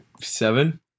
Seven